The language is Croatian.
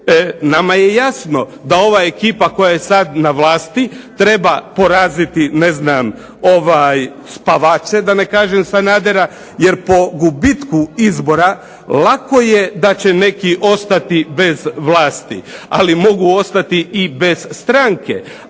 Nama je jasno da ova ekipa koja je sad na vlasti treba poraziti, ne znam spavače, da ne kažem Sanadera jer po gubitku izbora lako je da će neki ostati bez vlasti, ali mogu ostati i bez stranke.